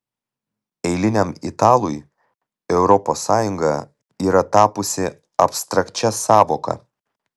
eiliniam italui europos sąjunga yra tapusi abstrakčia sąvoka